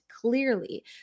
clearly